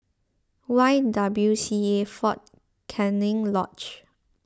Y W C A fort Canning Lodge